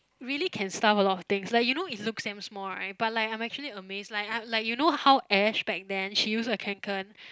really can stuff a lot of things like you know it's look damn small right but like I'm actually amazed like I like you know how Ash back then she use a Kanken